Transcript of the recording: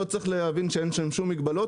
אין שם שום מגבלות,